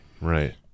right